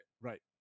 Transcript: Right